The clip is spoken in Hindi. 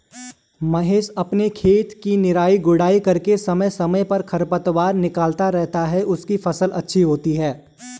महेश अपने खेत की निराई गुड़ाई करके समय समय पर खरपतवार निकलता रहता है उसकी फसल अच्छी होती है